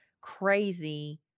crazy